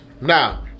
now